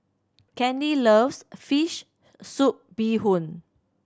Kenley loves fish soup bee hoon